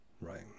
right